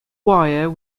wire